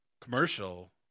commercial